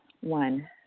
One